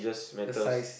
the size